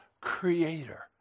creator